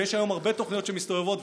ויש היום הרבה תוכניות שמסתובבות.